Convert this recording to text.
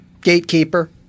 Gatekeeper